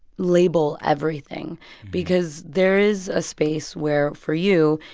label everything because there is a space where, for you,